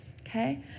Okay